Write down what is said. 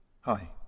Hi